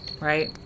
right